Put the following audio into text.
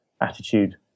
attitude